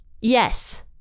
yes